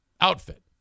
Outfit